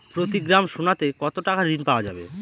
প্রতি গ্রাম সোনাতে কত টাকা ঋণ পাওয়া যাবে?